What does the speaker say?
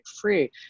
free